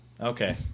Okay